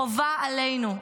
חובה עלינו,